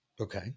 Okay